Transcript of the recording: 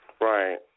Right